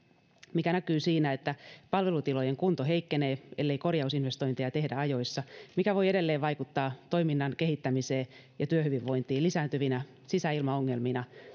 mikä näkyy siinä että palvelutilojen kunto heikkenee ellei korjausinvestointeja tehdä ajoissa mikä voi edelleen vaikuttaa toiminnan kehittämiseen ja työhyvinvointiin lisääntyvinä sisäilmaongelmina